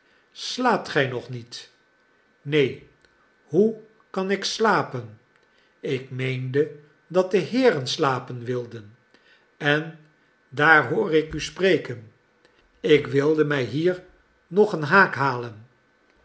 slaapt gij nog niet neen hoe kan ik slapen ik meende dat de heeren slapen wilden en daar hoor ik u spreken ik wilde mij hier nog een haak halen